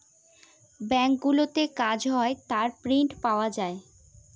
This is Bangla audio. ব্যাঙ্কগুলোতে কাজ হয় তার প্রিন্ট পাওয়া যায়